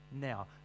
Now